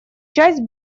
часть